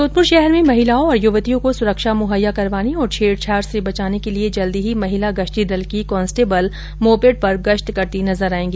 जोधपुर शहर में महिलाओं और युवतियों को सुरक्षा मुहैया करवाने और छेड़छाड़ से बचाने के लिए जल्द ही महिला गश्ती दल की कांस्टेबल मोपेड पर गश्त करती नजर आएगी